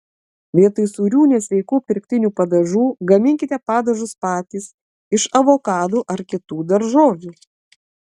vietoj sūrių nesveikų pirktinių padažų gaminkite padažus patys iš avokadų ar kitų daržovių